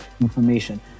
information